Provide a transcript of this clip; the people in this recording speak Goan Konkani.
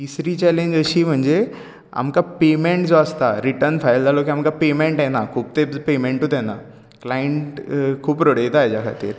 तिसरी चॅलेंज अशी म्हणजे आमकां पेमेंट जो आसता रिटर्न फायल जालो की आमकां पेमेंट येना खूब तेंप पेमेण्टूच येना क्लायंट खूब रडयता हेच्या खातीर